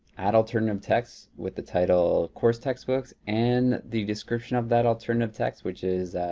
add alternative text with the title course textbooks, and the description of that alternative text, which is